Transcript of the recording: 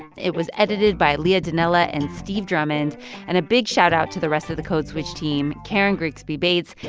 it was edited by leah donnella and steve drummond and a big shout out to the rest of the code switch team karen grigsby bates,